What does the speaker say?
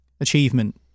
achievement